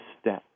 step